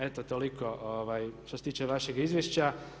Eto, toliko što se tiče vašeg izvješća.